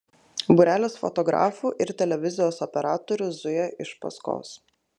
būrelis fotografų ir televizijos operatorių zuja iš paskos